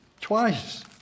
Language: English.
Twice